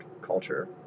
culture